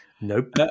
Nope